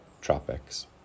tropics